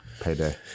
Payday